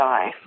Die